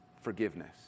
Forgiveness